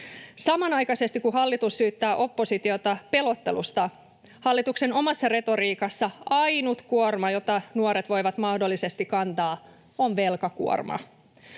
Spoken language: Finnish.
Samanaikaisesti kun hallitus syyttää oppositiota pelottelusta, hallituksen omassa retoriikassa ainut kuorma, jota nuoret voivat mahdollisesti kantaa, on velkakuorma.